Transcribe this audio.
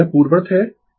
यह पूर्ववर्त है